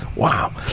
Wow